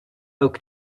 oak